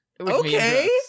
Okay